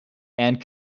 and